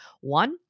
One